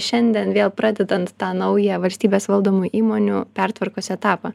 šiandien vėl pradedant tą naują valstybės valdomų įmonių pertvarkos etapą